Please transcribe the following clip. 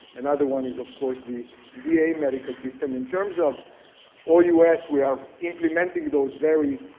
another one is of course the va medical system. in terms of all u s. we are implementing those very,